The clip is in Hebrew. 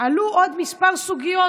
עלו עוד כמה סוגיות